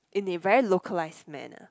in a very localized manner